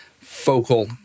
focal